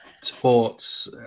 sports